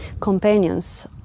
companions